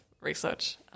research